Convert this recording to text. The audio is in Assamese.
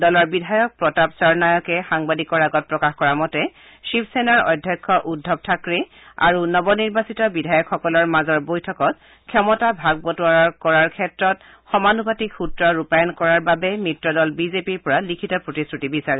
দলৰ বিধায়ক প্ৰতাপ চৰনায়কে সাংবাদিকৰ আগত প্ৰকাশ কৰা মতে শিৱসেনাৰ অধ্যক্ষ উদ্ধৱ থাক্ৰে আৰু নৱ নিৰ্বাচিত বিধায়কসকলৰ মাজৰ বৈঠকত ক্ষমতা ভাগ বতোৱাৰা কৰাৰ ক্ষেত্ৰত সমানুপাতিক সূত্ৰ ৰূপায়ণ কৰাৰ বাবে মিত্ৰদল বিজেপিৰ পৰা লিখিত প্ৰতিশ্ৰুতি বিচাৰে